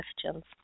questions